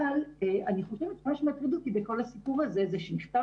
אבל מה שמטריד אותי בכל הסיפור זה זה שנכתב